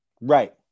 Right